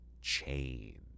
Change